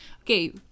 okay